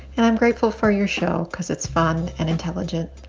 and i'm grateful for your show because it's fun and intelligent.